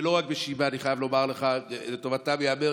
ולא רק בשיבא, אני חייב לומר לך, לטובתם ייאמר.